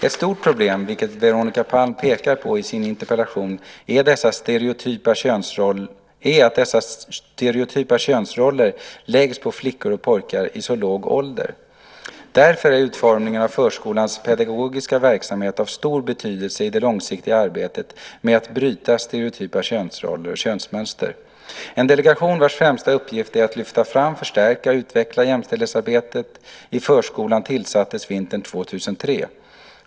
Ett stort problem, vilket Veronica Palm pekar på i sin interpellation, är att dessa stereotypa könsroller läggs på flickor och pojkar i så låg ålder. Därför är utformningen av förskolans pedagogiska verksamhet av stor betydelse i det långsiktiga arbetet med att bryta stereotypa könsroller och könsmönster. En delegation vars främsta uppgift är att lyfta fram, förstärka och utveckla jämställdhetsarbetet i förskolan tillsattes vintern 2003.